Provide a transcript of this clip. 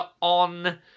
on